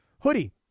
hoodie